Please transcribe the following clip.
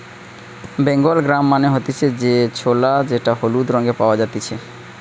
Bengal gram মানে হতিছে যে ছোলা যেটা হলুদ রঙে পাওয়া জাতিছে